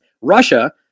Russia